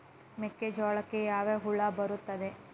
ಮೆಕ್ಕೆಜೋಳಕ್ಕೆ ಯಾವ ಹುಳ ಬರುತ್ತದೆ?